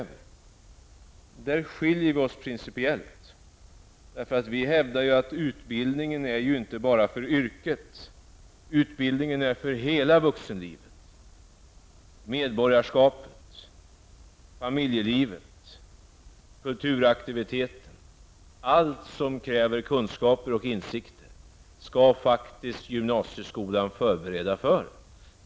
Vi hävdar att utbildningen är till bara för yrket utan för hela vuxenlivet, för medborgarskapet, för familjelivet och för kulturella aktiviteter. Allt som kräver kunskap och insikter skall faktiskt gymnasieskolan förbereda för.